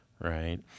right